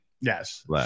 Yes